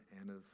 Anna's